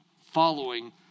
following